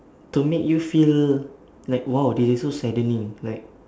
to make you feel like !wow! that it's so saddening like